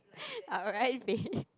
alright